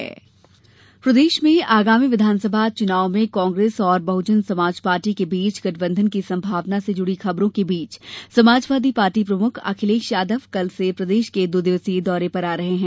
गठबंधन प्रदेश में आगामी विधानसभा चुनाव में कांग्रेस और बहुजन समाज पार्टी के बीच गठबंधन की संभावना से जुड़ी खबरों के बीच समाजवादी पार्टी प्रमुख अखिलेश यादव कल से प्रदेश के दो दिवसीय दौरे पर आ रहे हैं